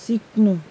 सिक्नु